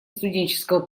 студенческого